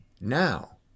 now